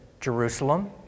Jerusalem